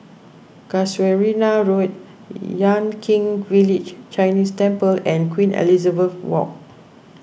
Casuarina Road Yan Kit Village Chinese Temple and Queen Elizabeth Walk